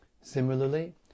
Similarly